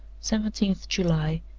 seventeenth july,